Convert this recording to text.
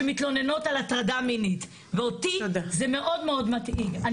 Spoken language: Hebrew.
שמתלוננות על הטרדה מינית ואותי זה מאוד מאוד מדאיג.